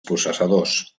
processadors